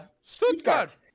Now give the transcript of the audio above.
Stuttgart